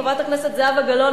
חברת הכנסת זהבה גלאון,